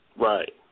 Right